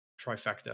trifecta